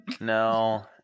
No